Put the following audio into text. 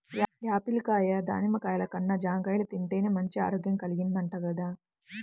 Apple కాయ, దానిమ్మ కాయల కన్నా జాంకాయలు తింటేనే మంచి ఆరోగ్యం కల్గిద్దంట గదా